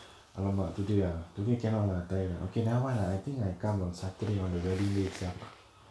நல்லமா:nallamaa today ah today cannot lah tired lah okay never mind lah I think I come on saturday want to wedding day it self lah